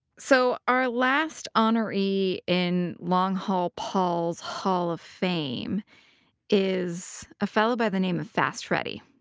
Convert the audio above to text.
so our last honoree in long haul paul's haul of fame is a fellow by the name of fast freddie.